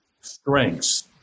strengths